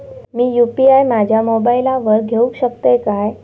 मी UPI माझ्या मोबाईलावर घेवक शकतय काय?